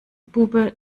bube